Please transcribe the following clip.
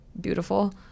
beautiful